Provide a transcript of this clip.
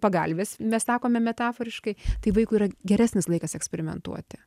pagalvės mes sakome metaforiškai tai vaikui yra geresnis laikas eksperimentuoti